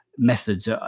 Methods